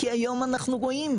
כי היום אנחנו רואים,